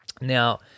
Now